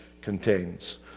contains